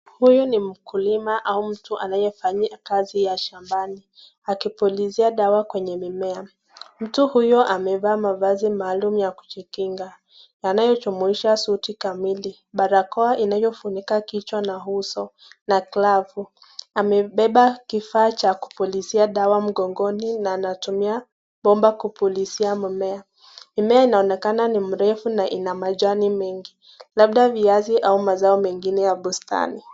Huyu ni mkulima au mtu anayefanyia kazi ya shambani akipulizia dawa kwenye mimea. Mtu huyu amevaa mavazi maalum ya kujikinga yanayojumuisha suti kamili, barakoa inayofunika kichwa na uso na glavu. Amebeba kifaa cha kupilizia dawa mgongoni na anatumia bomba kupulizia mimea. Mimea inaonekana ni mrefu na ina majani mengi labda viazi ama mazao mengine ya bustani.